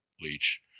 Leach